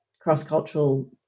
cross-cultural